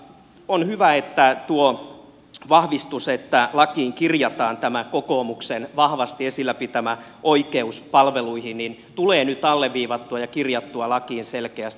on hyvä että tuo vahvistus että lakiin kirjataan tämä kokoomuksen vahvasti esillä pitämä oikeus palveluihin tulee nyt alleviivattua ja kirjattua lakiin selkeästi